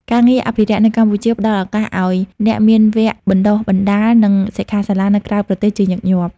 ការងារអភិរក្សនៅកម្ពុជាផ្តល់ឱកាសឱ្យអ្នកមានវគ្គបណ្តុះបណ្តាល និងសិក្ខាសាលានៅក្រៅប្រទេសជាញឹកញាប់។